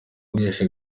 guhesha